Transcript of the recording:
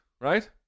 right